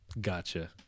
Gotcha